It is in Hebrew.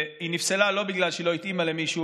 היא נפסלה לא בגלל שהיא לא התאימה למישהו,